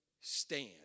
stand